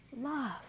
Love